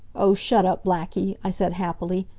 oh, shut up, blackie, i said, happily.